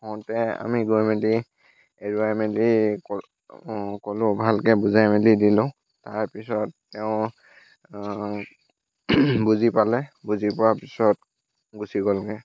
হওঁতে আমি গৈ মেলি এৰুৱাই মেলি অঁ ক'লোঁ ভালকৈ বুজাই মেলি দিলোঁ তাৰপিছত তেওঁ বুজি পালে বুজি পোৱাৰ পিছত গুচি গ'লগৈ